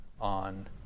on